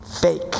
Fake